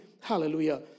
Hallelujah